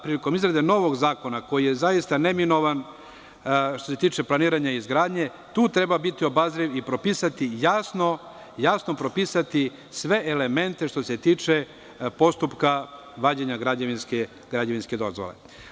Prilikom izrade novog zakona, koji je zaista neminovan, što se tiče planiranja i izgradnje, tu treba biti veoma obazriv i jasno propisati sve elemente koji su u vezi sa postupkom vađenja građevinske dozvole.